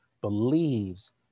believes